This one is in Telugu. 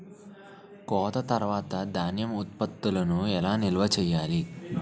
కోత తర్వాత ధాన్యం ఉత్పత్తులను ఎలా నిల్వ చేయాలి?